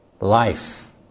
life